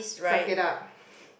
suck it up